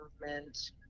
movement